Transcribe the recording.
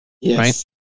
Yes